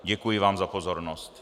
Děkuji vám za pozornost.